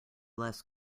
less